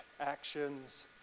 actions